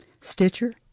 Stitcher